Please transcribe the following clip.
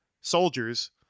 soldiers